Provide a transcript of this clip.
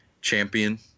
Champion